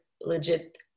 legit